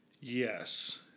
Yes